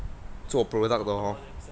做 product 的 hor